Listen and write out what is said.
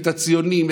את הציונים,